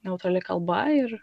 neutrali kalba ir